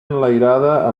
enlairada